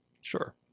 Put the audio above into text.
Sure